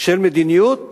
של מדיניות ניאו-ליברלית,